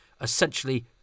essentially